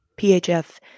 PHF